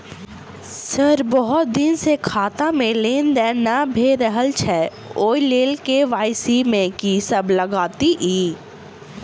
Sir बहुत दिन सऽ खाता मे लेनदेन नै भऽ रहल छैय ओई लेल के.वाई.सी मे की सब लागति ई?